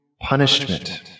punishment